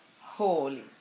holy